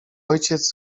ojciec